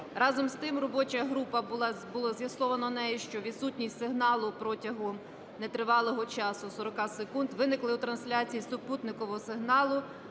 Разом з тим, робоча група, було з'ясовано нею, що відсутність сигналу протягом нетривалого часу, 40 секунд, виникли у трансляції з супутникового сигналу